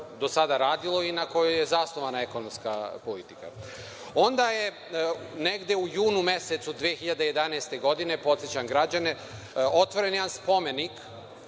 do sada radilo i na kojoj je zasnovana ekonomska politika. Onda je negde u junu mesecu 2011. godine, podsećam građane otvoren jedan spomenik